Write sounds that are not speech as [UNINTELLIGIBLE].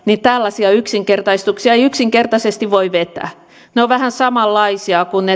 tällaisia yksinkertaistuksia ei yksinkertaisesti voi vetää ne ovat vähän samanlaisia kuin [UNINTELLIGIBLE]